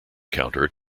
counter